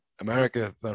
America